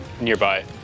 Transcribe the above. nearby